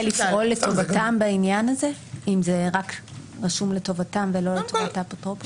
אם זה רשום רק לטובתם ולא לטובת האפוטרופוס